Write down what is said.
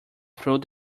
through